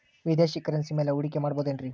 ವಿದೇಶಿ ಕರೆನ್ಸಿ ಮ್ಯಾಲೆ ಹೂಡಿಕೆ ಮಾಡಬಹುದೇನ್ರಿ?